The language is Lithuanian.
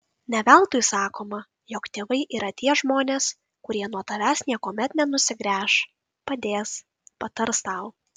ne veltui sakoma jog tėvai yra tie žmonės kurie nuo tavęs niekuomet nenusigręš padės patars tau